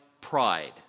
pride